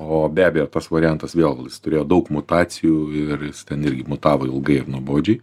o be abejo tas variantas vėl turėjo daug mutacijų ir jis ten irgi mutavo ilgai ir nuobodžiai